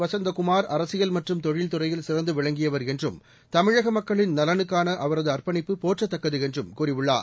வசந்தகுமார் அரசியல் மற்றும் தொழில்துறையில் சிறந்து விளங்கியவர் என்றும் தமிழக மக்களின் நலனுக்கான அவரது அர்ப்பணிப்பு போற்றத்தக்கது என்றும் கூறியுள்ளார்